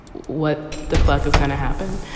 what the fuck is going to happen?